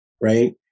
right